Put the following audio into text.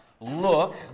look